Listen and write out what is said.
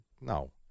no